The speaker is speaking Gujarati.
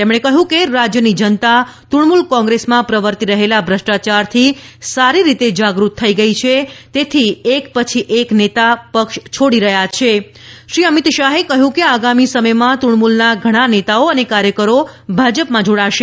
તેમણે કહ્યું કે રાજ્યની જનતા તૃણમૂલ કોંગ્રેસમાં પ્રવર્તી રહેલા ભ્રષ્ટાચારથી સારી રીતે જાગૃત થઈ ગઈ છે અને તેથી એક પછી એક નેતા પક્ષ છોડી રહ્યા છે શ્રી અમિત શાહે કહ્યું કે આગામી સમયમાં તૃણમૂલના ઘણા નેતાઓ અને કાર્યકરો ભાજપમાં જોડાશે